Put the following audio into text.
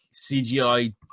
cgi